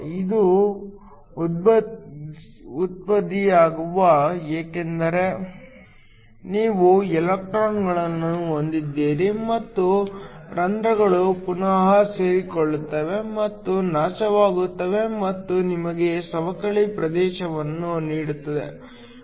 ಇದು ಉದ್ಭವಿಸುತ್ತದೆ ಏಕೆಂದರೆ ನೀವು ಎಲೆಕ್ಟ್ರಾನ್ಗಳನ್ನು ಹೊಂದಿದ್ದೀರಿ ಮತ್ತು ರಂಧ್ರಗಳು ಪುನಃ ಸೇರಿಕೊಳ್ಳುತ್ತವೆ ಮತ್ತು ನಾಶವಾಗುತ್ತವೆ ಮತ್ತು ನಿಮಗೆ ಸವಕಳಿ ಪ್ರದೇಶವನ್ನು ನೀಡುತ್ತದೆ